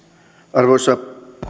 arvoisa